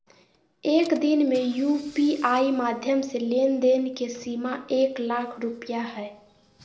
एक दिन में यू.पी.आई माध्यम से लेन देन के सीमा एक लाख रुपया हय